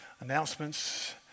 announcements